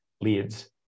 leads